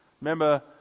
remember